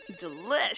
Delish